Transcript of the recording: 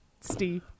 Steve